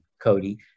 Cody